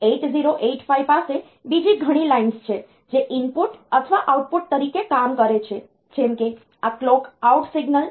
8085 પાસે બીજી ઘણી લાઇન્સ છે જે ઇનપુટ અથવા આઉટપુટ તરીકે કામ કરે છે જેમ કે આ કલોક આઉટ સિગ્નલ